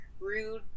rude